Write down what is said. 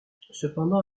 cependant